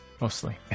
mostly